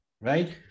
right